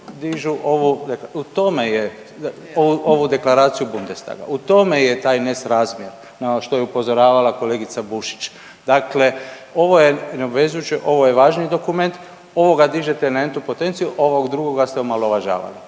u tome je taj nesrazmjer na ono što je upozoravala kolegica Bušić. Dakle, ovo je neobvezujuće, ovo je važni dokument, ovoga dižete na entu potenciju, ovog drugo ste omalovažavali.